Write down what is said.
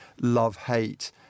love-hate